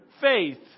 faith